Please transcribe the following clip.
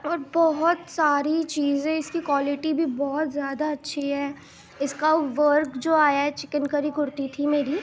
اور بہت ساری چیزیں اس کی کوالٹی بھی بہت زیادہ اچھی ہے اس کا ورک جو آیا ہے چکن کاری کرتی تھی میری